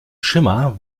schimmer